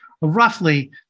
roughly